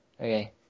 Okay